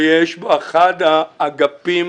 אחד האגפים